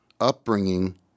upbringing